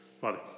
Father